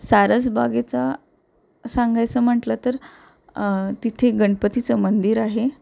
सारसबागेचा सांगायचं म्हटलं तर तिथे गणपतीचं मंदिर आहे